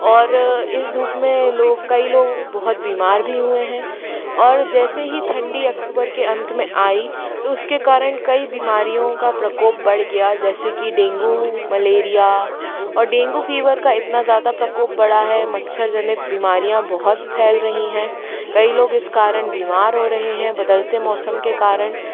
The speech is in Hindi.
और इस धूप में लोग कई लोग बहुत बीमार भी हुए हैं और जैसे ही ठंडी अक्टूबर के अंत में आई तो उसके कारण कई बीमारियों का प्रकोप बढ़ गया जैसे कि डेंगू मलेरिया और डेंगू फ़ीवर का इतना ज़्यादा प्रकोप बढ़ा है मच्छर जनित बीमारियाँ बहुत फैल रही है कई लोग इस कारण बीमार हो रहे हैं बदलते मौसम के कारण